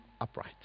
upright